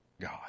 God